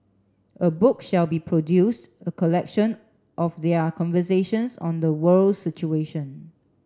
a book shall be produced a collection of their conversations on the world's situation